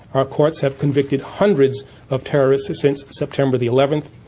our courts have convicted hundreds of terrorists since september the eleventh,